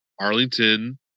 Arlington